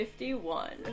51